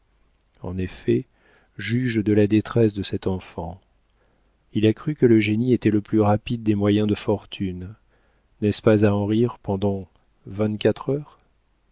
en effet juge de la détresse de cet enfant il a cru que le génie était le plus rapide des moyens de fortune n'est-ce pas à en rire pendant vingt-quatre heures